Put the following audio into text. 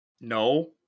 No